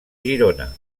girona